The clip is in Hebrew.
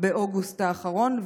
באוגוסט האחרון,